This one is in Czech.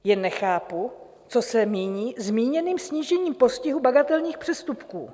Jen nechápu, co se mění zmíněným snížením postihu bagatelních přestupků.